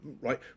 right